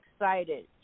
excited